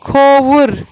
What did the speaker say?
کھووُر